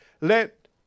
let